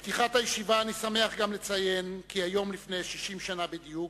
בפתיחת הישיבה אני שמח גם לציין כי היום לפני 60 שנה בדיוק,